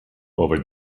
over